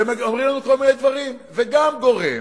ואומרים לנו כל מיני דברים, וגם גורם,